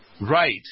Right